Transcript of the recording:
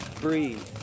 breathe